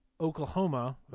Oklahoma